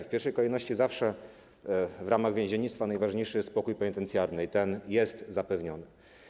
W pierwszej kolejności zawsze w ramach więziennictwa najważniejszy jest spokój penitencjarny i ten jest zapewniony.